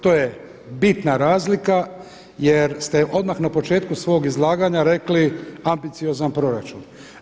To je bitna razlika jer ste odmah na početku svog izlaganja rekli ambiciozan proračun.